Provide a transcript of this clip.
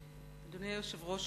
אדוני היושב-ראש,